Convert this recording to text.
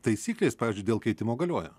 taisyklės pavyzdžiui dėl keitimo galioja